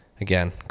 again